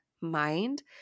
mind